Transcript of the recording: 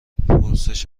پرسش